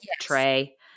tray